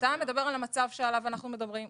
אתה מדבר על המצב שעליו אנחנו מדברים,